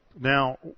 Now